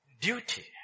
duty